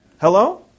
Hello